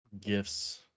gifts